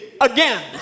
again